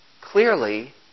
clearly